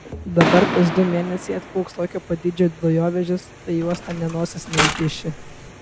dabar kas du mėnesiai atplauks tokio pat dydžio dujovežis tai į uostą nė nosies neįkiši